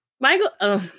Michael